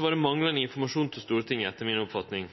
var det manglande informasjon til Stortinget, etter mi oppfatning.